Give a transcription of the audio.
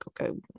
okay